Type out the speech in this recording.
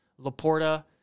Laporta